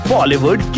Bollywood